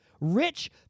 Rich